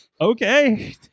Okay